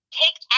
take